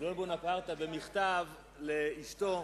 נפוליאון בונפרטה, במכתב לאשתו,